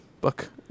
book